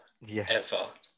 yes